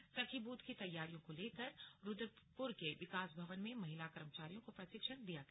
सखी बूथ की तैयारियों को लेकर रुद्रपुर के विकास भवन में महिला कर्मचारियों को प्रशिक्षण दिया गया